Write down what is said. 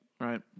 right